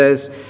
says